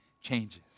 changes